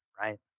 right